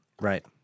Right